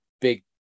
big